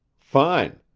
fine!